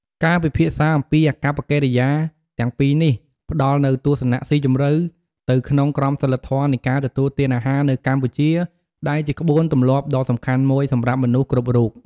ការពិភាក្សាអំពីអាកប្បកិរិយាទាំងពីរនេះ ផ្តល់នូវទស្សនៈស៊ីជម្រៅទៅក្នុងក្រមសីលធម៌នៃការទទួលទានអាហារនៅកម្ពុជា ដែលជាក្បួនទម្លាប់ដ៏សំខាន់មួយសម្រាប់មនុស្សគ្រប់រូប។